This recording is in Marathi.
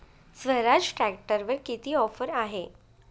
स्वराज ट्रॅक्टरवर किती ऑफर आहे?